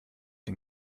den